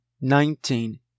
nineteen